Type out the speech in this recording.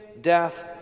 death